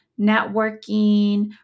networking